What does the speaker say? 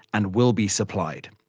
and will be, supplied.